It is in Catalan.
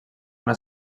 una